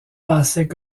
passaient